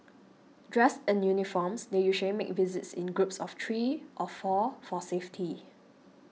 dressed in uniforms they usually make visits in groups of three of four for safety